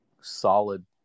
solid